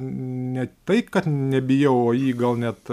ne taip kad nebijau o jį gal net